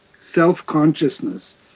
self-consciousness